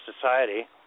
society